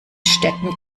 städten